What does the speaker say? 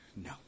No